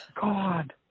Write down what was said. God